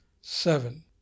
seven